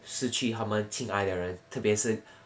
失去他们亲爱的人特别是